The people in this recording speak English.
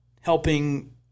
helping